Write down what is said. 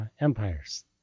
empires